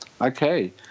okay